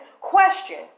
question